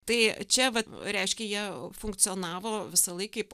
tai čia vat reiškia jie funkcionavo visąlaik kaip